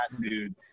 dude